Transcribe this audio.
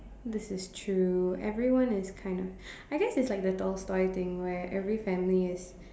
this is true everyone is kind of I guess it's like the Tolstoy thing where every family is